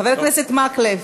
חבר הכנסת מקלב,